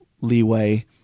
leeway